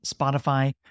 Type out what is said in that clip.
Spotify